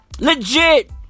legit